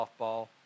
softball